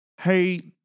hey